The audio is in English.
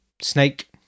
Snake